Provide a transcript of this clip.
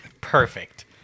Perfect